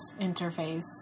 interface